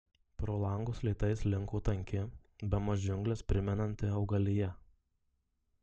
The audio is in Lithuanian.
pro langus lėtai slinko tanki bemaž džiungles primenanti augalija